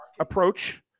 approach